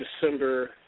December